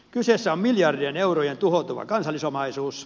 kyseessä on miljardien eurojen tuhoutuva kansallisomaisuus